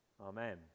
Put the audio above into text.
amen